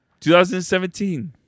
2017